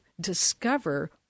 discover